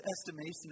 estimation